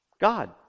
God